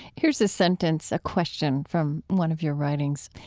here's a sentence, a question from one of your writings.